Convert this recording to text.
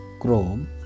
Chrome